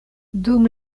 dum